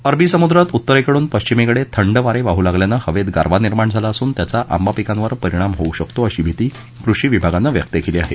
अरबी समुद्रात उत्तरेकडून पश्चिमेकडे थंड वारे वाहू लागल्यानं हवेत गारवा निर्माण झाला असून त्याचा आंबा पिकांवर परिणाम होऊ शकतो अशी भीती कृषी विभागानं व्यक्त केली आहे